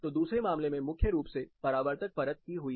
तो दूसरे मामले में मुख्य रूप से परावर्तक परत की हुई है